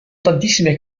tantissime